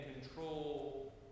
control